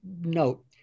note